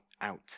out